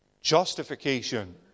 Justification